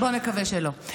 בוא נקווה שלא.